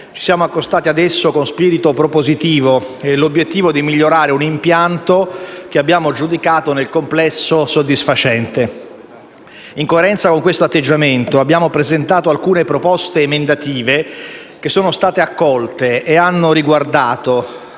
ci siamo accostati ad esso con spirito propositivo, nell'obiettivo di migliorare un impianto che abbiamo giudicato nel complesso soddisfacente. In coerenza con questo atteggiamento, abbiamo presentato alcune proposte emendative che sono state accolte e hanno riguardato,